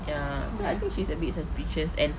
ya so I think she's a bit suspicious and